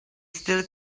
still